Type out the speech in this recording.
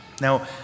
Now